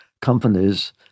companies